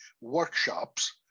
workshops